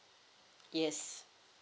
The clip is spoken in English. yes